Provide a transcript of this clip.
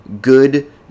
good